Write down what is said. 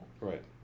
Right